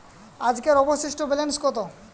আজকের অবশিষ্ট ব্যালেন্স কত?